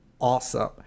awesome